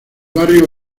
barrio